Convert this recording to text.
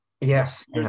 Yes